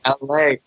LA